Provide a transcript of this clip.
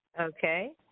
Okay